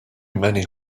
many